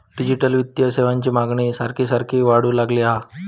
digital वित्तीय सेवांची मागणी सारखी सारखी वाढूक लागली हा